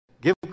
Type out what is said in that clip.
Give